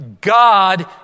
God